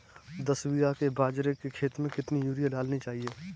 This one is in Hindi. दस बीघा के बाजरे के खेत में कितनी यूरिया डालनी चाहिए?